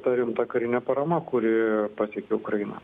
ta rimta karinė parama kuri pasiekia ukrainą